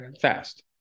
fast